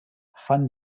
van